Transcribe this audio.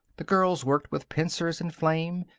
the girls worked with pincers and flame,